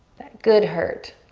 that good hurt.